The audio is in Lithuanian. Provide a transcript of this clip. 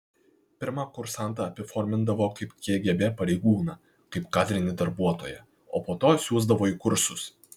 pirma kursantą apiformindavo kaip kgb pareigūną kaip kadrinį darbuotoją o po to siųsdavo į kursus